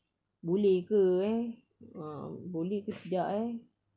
boleh ke eh ah boleh ke tidak eh